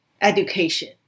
education